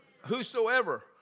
Whosoever